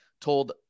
told